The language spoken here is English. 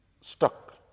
stuck